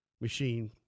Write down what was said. machine